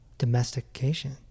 domestication